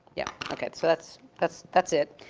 yeah, okay, so that's, that's, that's it.